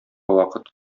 вакыт